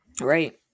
Right